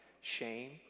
shame